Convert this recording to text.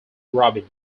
robin